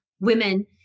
women